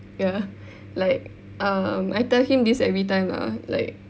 ya like um I tell him this every time lah like